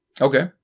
Okay